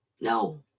no